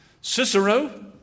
Cicero